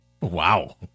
Wow